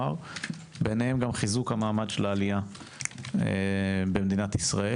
ביניהם גם חיזוק מעמד העלייה במדינת ישראל